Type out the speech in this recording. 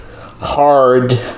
hard